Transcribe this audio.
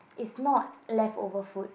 it's not left over food